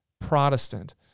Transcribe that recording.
Protestant